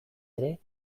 ere